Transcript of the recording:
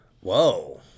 Whoa